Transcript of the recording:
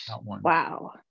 wow